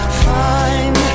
find